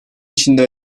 içinde